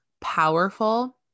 powerful